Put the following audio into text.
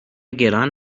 گران